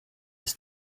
his